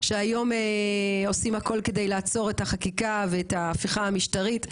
שהיום עושים הכל כדי לעצור את החקיקה ואת ההפיכה המשטרתית,